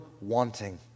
wanting